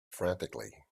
frantically